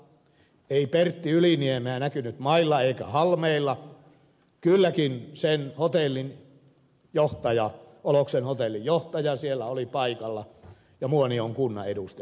ei pertti yliniemeä näkynyt mailla eikä halmeilla kylläkin oloksen hotellin johtaja siellä oli paikalla ja muonion kunnan edustajat